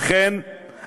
איך אתה מסביר את זה?